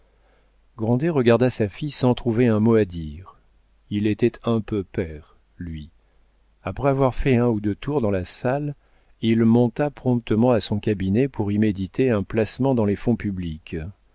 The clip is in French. regarda sa fille sans trouver un mot à dire il était un peu père lui après avoir fait un ou deux tours dans la salle il monta promptement à son cabinet pour y méditer un placement dans les fonds publics